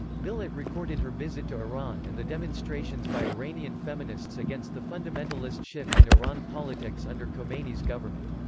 millett recorded her visit to iran and the demonstrations by iranian feminists against the fundamentalist shift in iran politics under khomeini's government.